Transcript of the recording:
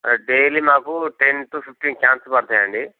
daily నాకు ten to fifteen cans పడతాయి అండి